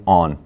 on